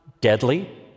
deadly